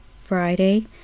Friday